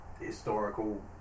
historical